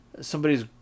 Somebody's